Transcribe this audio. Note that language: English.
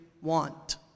want